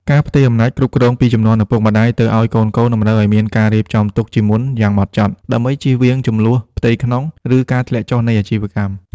ការផ្ទេរអំណាចគ្រប់គ្រងពីជំនាន់ឪពុកម្ដាយទៅឱ្យកូនៗ តម្រូវឱ្យមានការរៀបចំទុកជាមុនយ៉ាងហ្មត់ចត់ ដើម្បីចៀសវាងជម្លោះផ្ទៃក្នុង ឬការធ្លាក់ចុះនៃអាជីវកម្ម។